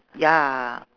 ya